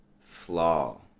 flaw